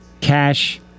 Cash